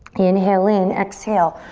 inhale in. exhale,